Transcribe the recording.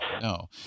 no